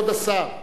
כבוד השר,